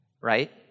right